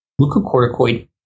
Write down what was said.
Glucocorticoid